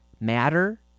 matter